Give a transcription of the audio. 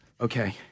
Okay